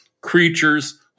creatures